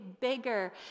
bigger